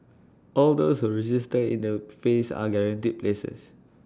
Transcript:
all those who register in the phase are guaranteed places